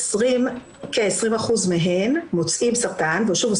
לכ-20% מהן מוצאים סרטן, ושוב,